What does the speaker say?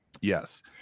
yes